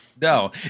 No